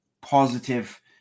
positive